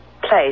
place